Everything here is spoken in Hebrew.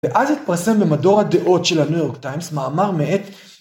ואז התפרסם במדור הדעות של הניו יורק טיימס, מאמר מאת